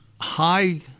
high